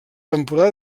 temporada